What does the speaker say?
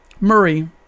Murray